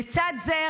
לצד זה,